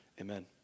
Amen